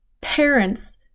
parents